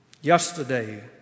Yesterday